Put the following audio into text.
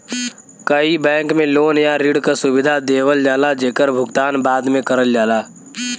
कई बैंक में लोन या ऋण क सुविधा देवल जाला जेकर भुगतान बाद में करल जाला